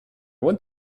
want